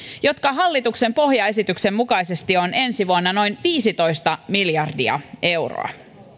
jotka hallituksen pohjaesityksen mukaisesti ovat ensi vuonna noin viisitoista miljardia euroa